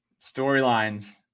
storylines